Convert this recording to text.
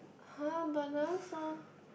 [huh] but that one so